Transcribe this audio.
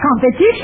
competition